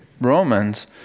Romans